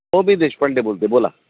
हो मी देशपांडे बोलतो बोला